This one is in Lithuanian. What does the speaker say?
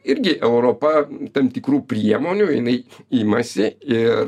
irgi europa tam tikrų priemonių jinai imasi ir